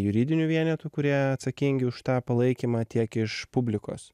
juridinių vienetų kurie atsakingi už tą palaikymą tiek iš publikos